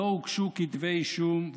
לא הוגשו כתבי אישום,